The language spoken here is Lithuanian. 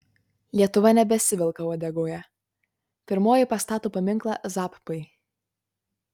lietuva nebesivelka uodegoje pirmoji pastato paminklą zappai